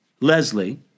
Leslie